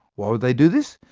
why would they do this?